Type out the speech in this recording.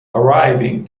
arriving